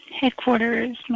headquarters